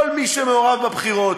כל מי שמעורב בבחירות,